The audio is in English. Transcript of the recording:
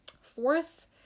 fourth